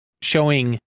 showing